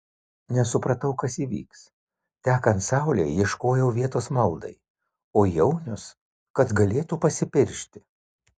nesupratau kas įvyks tekant saulei ieškojau vietos maldai o jaunius kad galėtų pasipiršti